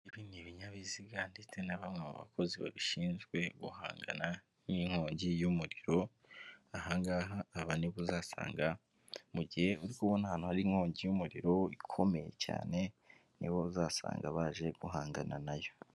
Ibi ni binyabiziga ndetse na bamwe mu bakozi babishinzwe guhangana n'inkongi y'umuriro; aha ngaha, aba ni bo uzasanga mu gihe uri kubona ahantu hari inkongi y'umuriro ikomeye cyane, ni bo uzasanga baje guhangana na yo.